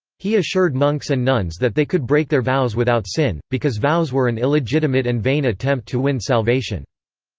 he assured monks and nuns that they could break their vows without sin, because vows were an illegitimate and vain attempt to win salvation.